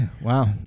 Wow